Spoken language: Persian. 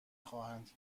خواهند